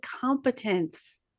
competence